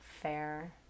Fair